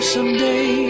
Someday